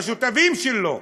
בשותפים שלו.